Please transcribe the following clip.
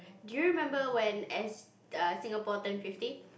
do you remember when as err Singapore turn fifty